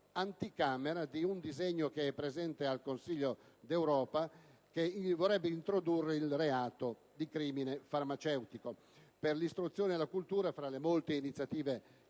anticamera di un disegno presente al Consiglio d'Europa, che vorrebbe introdurre il reato di crimine farmaceutico. Per l'istruzione e la cultura, fra le molte iniziative